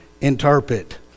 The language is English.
interpret